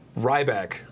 Ryback